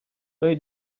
той